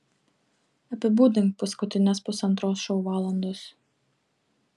apibūdink paskutines pusantros šou valandos